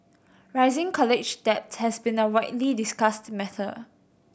rising college debt has been a widely discussed matter